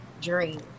dream